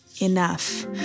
enough